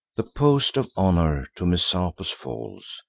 the post of honor to messapus falls,